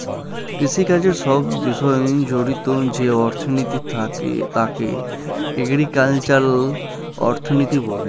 কৃষিকাজের সব বিষয় জড়িত যে অর্থনীতি তাকে এগ্রিকালচারাল অর্থনীতি বলে